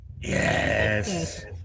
Yes